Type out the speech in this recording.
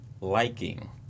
liking